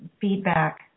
feedback